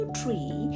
tree